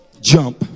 Jump